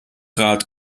rat